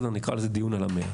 נקרא לזה דיון על ה-100.